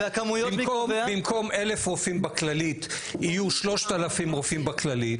במקום 1,000 רופאים בכללית יהיו 3,000 רופאים בכללית.